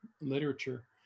literature